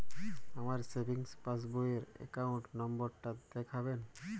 আমার সেভিংস পাসবই র অ্যাকাউন্ট নাম্বার টা দেখাবেন?